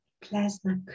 plasma